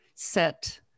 set